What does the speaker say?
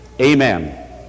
Amen